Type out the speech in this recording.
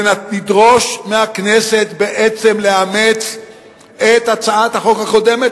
ונדרוש מהכנסת בעצם לאמץ את הצעת החוק הקודמת,